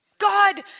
God